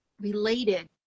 related